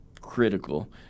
critical